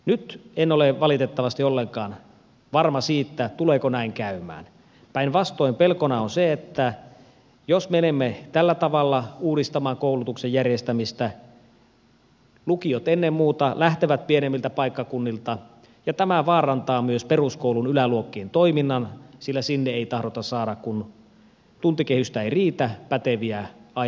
nyt en ole valitettavasti ollenkaan varma siitä tuleeko näin käymään päinvastoin pelkona on se että jos menemme tällä tavalla uudistamaan koulutuksen järjestämistä lukiot ennen muuta lähtevät pienemmiltä paikkakunnilta ja tämä vaarantaa myös peruskoulun yläluokkien toiminnan sillä sinne ei tahdota saada kun tuntikehystä ei riitä päteviä aineenopettajia